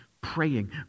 praying